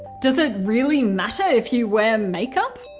does it really matter if you wear makeup?